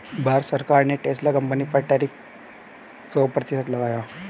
भारत सरकार ने Tesla company पर टैरिफ सो प्रतिशत लगाया